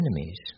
enemies